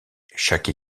chaque